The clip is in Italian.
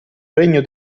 regno